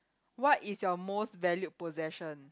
what is your most valued possession